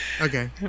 Okay